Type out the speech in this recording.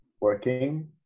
working